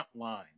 Frontline